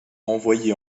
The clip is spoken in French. envoyé